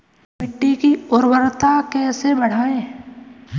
मिट्टी की उर्वरता कैसे बढ़ाएँ?